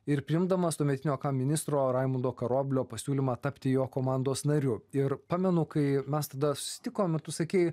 ir priimdamas tuometinio ministro raimundo karoblio pasiūlymą tapti jo komandos nariu ir pamenu kai mes tada susitikom ir tu sakei